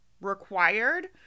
required